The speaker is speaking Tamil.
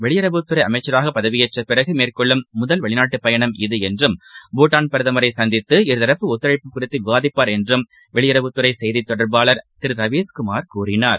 வெளியுறவுத்துறைஅமைச்சராகபதவியேற்றபிறகுமேற்கொள்ளும் திருஜெய்சங்கர் முதல் வெளிநாட்டுபயணம் இது என்றும் பூட்டான் பிரதமரைசந்தித்து இருதரப்பு ஒத்துழைப்பு குறித்துவிவாதிப்பார் என்றும் வெளியுறவுத்துறைசெய்திதொடர்பாளர் திருரவீஸ்குமார் கூறினார்